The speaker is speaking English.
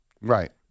right